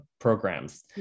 programs